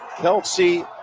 Kelsey